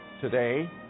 Today